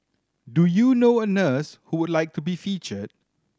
do you know a nurse who would like to be featured